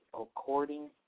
according